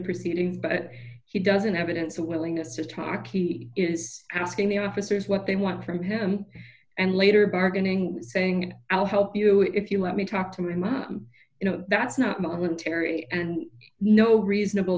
proceeding but he doesn't evidence a willingness to talk he is asking the officers what they want from him and later bargaining saying i'll help you if you let me talk to my you know that's not momentary and no reasonable